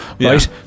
right